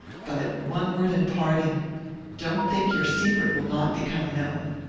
but one word in parting don't think your secret will not become known.